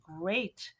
great